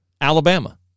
Alabama